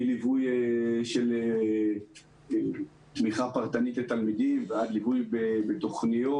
מליווי של תמיכה פרטנית לתלמידים ועד ליווי לתוכניות,